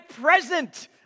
present